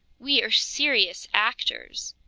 we are serious actors.